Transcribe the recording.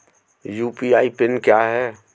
UPI PIN क्या है?